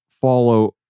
follow